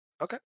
Okay